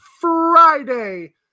Friday